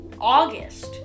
August